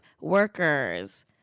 workers